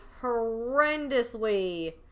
horrendously